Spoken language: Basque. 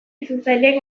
itzultzaileek